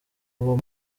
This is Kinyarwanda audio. uwo